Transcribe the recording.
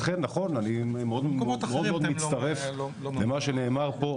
אכן נכון, אני מאוד מאוד מצטרף למה שנאמר פה.